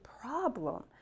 problem